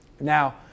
Now